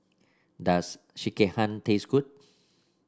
does Sekihan taste good